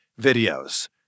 videos